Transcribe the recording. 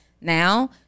Now